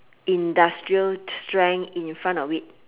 industrial strength in front of it